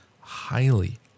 highly